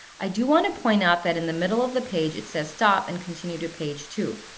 i do want to point out that in the middle of the page it says, stop and continue to page two.